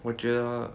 我觉得